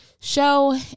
show